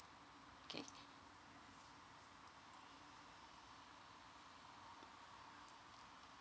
okay